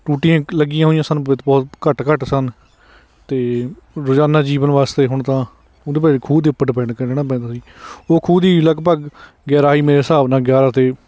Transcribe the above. ਟੂਟੀਆਂ ਲੱਗੀਆਂ ਹੋਈਆਂ ਸਨ ਬਤ ਬਹੁਤ ਘੱਟ ਘੱਟ ਸਨ ਅਤੇ ਰੋਜ਼ਾਨਾ ਜੀਵਨ ਵਾਸਤੇ ਹੁਣ ਤਾਂ ਉਹਦੇ ਪਰ ਖੂਹ ਦੇ ਉੱਪਰ ਡਿਪੈਂਡ ਕੱਢਣਾ ਪੈਂਦਾ ਸੀ ਉਹ ਖੂਹ ਦੀ ਲਗਭਗ ਗਹਿਰਾਈ ਮੇਰੇ ਹਿਸਾਬ ਨਾਲ ਗਿਆਰ੍ਹਾਂ ਅਤੇ